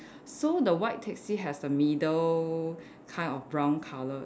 so the white taxi has a middle kind of brown colour